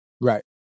Right